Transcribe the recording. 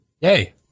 Yay